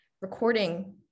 recording